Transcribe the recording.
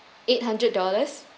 eight hundred dollars